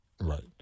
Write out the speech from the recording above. Right